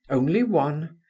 only one.